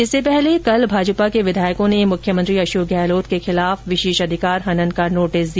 इससे पहले कल भारतीय जनता पार्टी के विधायकों ने मुख्यमंत्री अशोक गहलोत के खिलाफ विशेषाधिकार हनन का नोटिस दिया